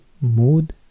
Mood